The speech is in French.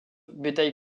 bétail